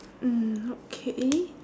mm okay